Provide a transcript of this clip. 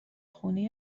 خونه